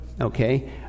okay